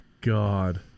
God